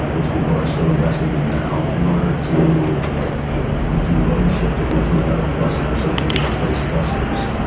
which people are still investing in now in order to like do load shifting to another cluster so that you can replace clusters.